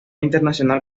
internacional